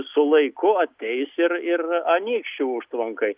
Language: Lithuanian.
su laiku ateis ir ir anykščių užtvankai